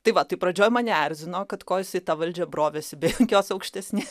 tai va tai pradžioj mane erzino kad ko jis į tą valdžią brovėsi bet jokios aukštesnė